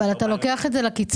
אבל אתה לוקח את זה לקיצון.